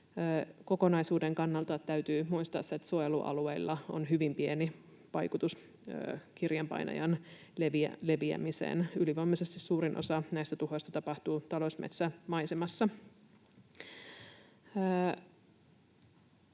kokonaisuuden kannalta täytyy muistaa se, että suojelualueilla on hyvin pieni vaikutus kirjanpainajan leviämiseen. Ylivoimaisesti suurin osa näistä tuhoista tapahtuu talousmetsämaisemassa.